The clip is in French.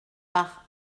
par